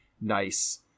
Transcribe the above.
nice